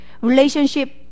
Relationship